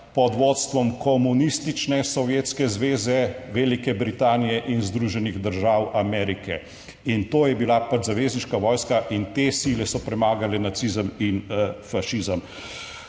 pod vodstvom komunistične Sovjetske zveze, Velike Britanije in Združenih držav Amerike, in to je bila zavezniška vojska in te sile so premagale nacizem in fašizem.